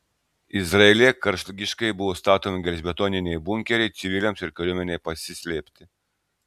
izraelyje karštligiškai buvo statomi gelžbetoniniai bunkeriai civiliams ir kariuomenei pasislėpti